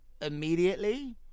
immediately